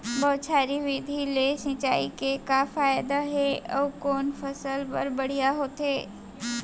बौछारी विधि ले सिंचाई के का फायदा हे अऊ कोन फसल बर बढ़िया होथे?